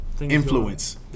influence